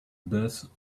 bus